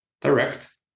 direct